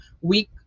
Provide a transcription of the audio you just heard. week